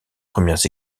premières